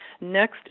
Next